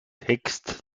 text